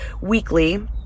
weekly